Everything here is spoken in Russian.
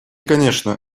конечно